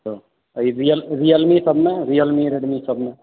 real Realme परमे Realme Redmi सभमे